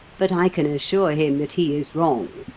but i can assure him that he is wrong.